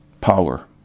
Power